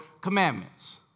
commandments